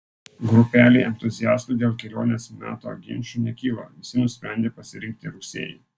grupelei entuziastų dėl kelionės meto ginčų nekilo visi nusprendė pasirinkti rugsėjį